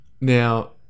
Now